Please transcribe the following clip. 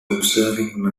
observing